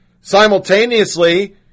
Simultaneously